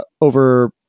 over